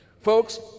folks